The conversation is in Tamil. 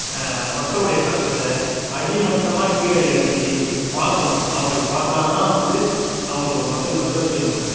மக்களுடைய கஷ்டத்தை அடிமட்டமாக கீழே இறங்கி பார்க்கணும் அப்படி பார்த்தா தான் வந்து அவர்களுக்கு மக்களுக்கு நல்லது செய்யமுடியும்